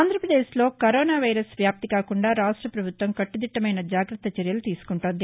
ఆంధ్రప్రదేశ్లో corona virus వ్యాప్తి కాకుండా రాష్ట్ర ప్రభుత్వం కట్టదిట్టమైన జాగ్రత్త చర్యలు తీసుకుంటోంది